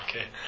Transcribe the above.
okay